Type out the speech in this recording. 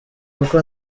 kuko